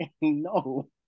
no